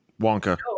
Wonka